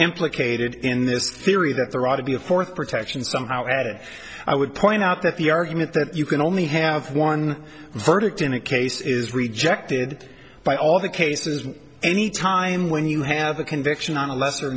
implicated in this theory that there ought to be a fourth protection somehow added i would point out that the argument that you can only have one verdict in a case is rejected by all the cases any time when you have a conviction on a lesser